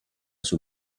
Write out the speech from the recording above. sul